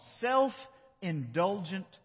self-indulgent